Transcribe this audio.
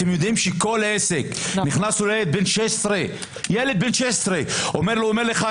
אתם יודעים שלכל עסק נכנס ילד בן 16 ואומר לך,